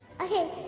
Okay